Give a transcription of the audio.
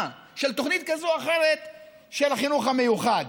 של תוכנית כזו או אחרת של החינוך המיוחד.